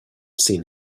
seen